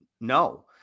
No